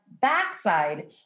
backside